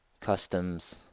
Customs